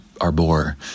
arbor